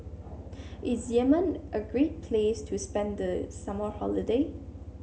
is Yemen a great place to spend the summer holiday